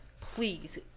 Please